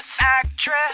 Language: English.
actress